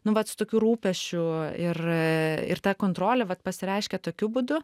nu vat su tokiu rūpesčiu ir ir ta kontrolė vat pasireiškia tokiu būdu